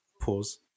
Pause